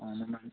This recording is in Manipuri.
ꯑ ꯃꯃꯟ